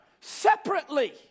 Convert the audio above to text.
separately